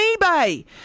eBay